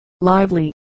lively